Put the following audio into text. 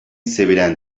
sevilen